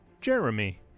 Jeremy